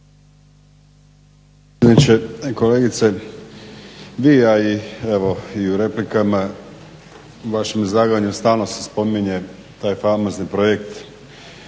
Hvala na